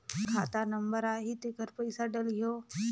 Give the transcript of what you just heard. खाता नंबर आही तेकर पइसा डलहीओ?